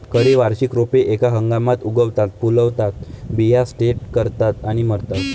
खरी वार्षिक रोपे एका हंगामात उगवतात, फुलतात, बिया सेट करतात आणि मरतात